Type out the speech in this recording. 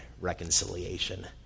reconciliation